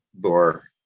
door